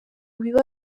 biba